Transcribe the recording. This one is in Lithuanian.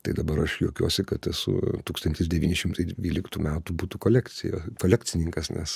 tai dabar aš juokiuosi kad esu tūkstantis devyni šimtai dvyliktų metų butų kolekcija kolekcininkas nes